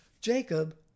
Jacob